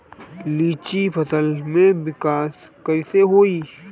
लीची फल में विकास कइसे होई?